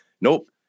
nope